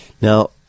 Now